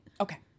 Okay